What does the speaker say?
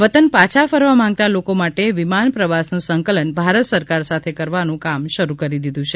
વતન પાછા ફરવા માંગતા લોકો માટે વિમાન પ્રવાસ નું સંકલન ભારત સરકાર સાથે કરવાનું કામ શરૂ કરી દીધું છે